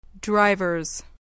Drivers